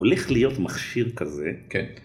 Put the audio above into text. הולך להיות מכשיר כזה. כן.